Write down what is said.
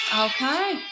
Okay